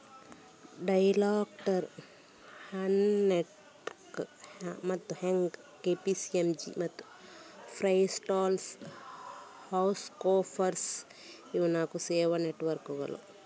Deloitte, Ernst ಮತ್ತು Young, KPMG ಮತ್ತು PricewaterhouseCoopers ಇವೇ ಆ ನಾಲ್ಕು ಸೇವಾ ನೆಟ್ವರ್ಕ್ಕುಗಳು